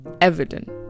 evident